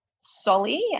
Solly